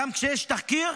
גם כשיש תחקיר,